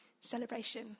celebration